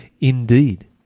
indeed